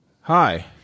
Hi